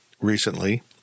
recently